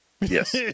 Yes